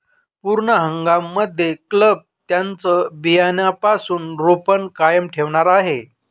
पूर्ण हंगाम मध्ये क्लब त्यांचं बियाण्यापासून रोपण कायम ठेवणार आहे